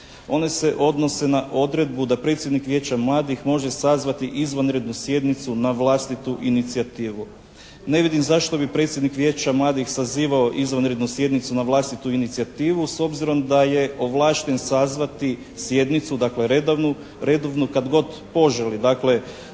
One se odnose na odredbu da predsjednik Vijeća mladih može sazvati izvanrednu sjednicu na vlastitu inicijativu. Ne vidim zašto bi predsjednik Vijeća mladih sazivao izvanrednu sjednicu na vlastitu inicijativu s obzirom da je ovlašten sazvati sjednicu, dakle redovnu, kad god poželi. Dakle,